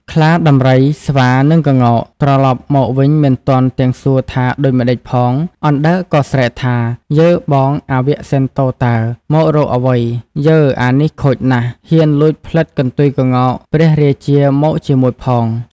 ខ្លា ដំរី ស្វា និងក្ងោក ត្រឡប់មកវិញមិនទាន់ទាំងសួរថាដូចម្ដេចផង អណ្ដើកក៏ស្រែកថា៖ "យើ! បងអវៈសិន្ទរតើ! មករកអ្វី? យើ! អានេះខូចណាស់ ហ៊ានលួចផ្លិតកន្ទុយក្ងោកព្រះរាជាមកជាមួយផង"។